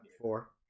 four